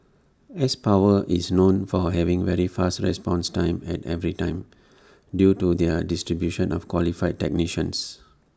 S power is known for having very fast response times at every time due to their distribution of qualified technicians